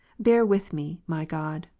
bear with me, my god,